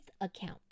account